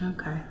Okay